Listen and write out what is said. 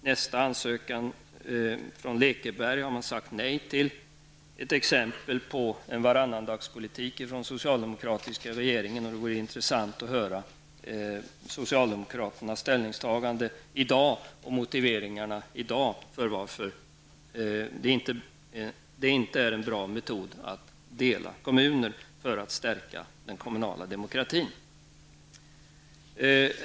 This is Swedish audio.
Nästa ansökan, från Lekeberg, sade man nej till. Det är ett exempel på en varannandagspolitik från den socialdemokratiska regeringen. Det vore intressant att höra socialdemokraternas motiveringar i dag för att det inte är en bra metod att dela kommuner för att stärka den kommunala demokratin.